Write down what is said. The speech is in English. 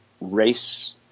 race